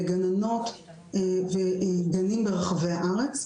לגננות וגנים ברחבי הארץ,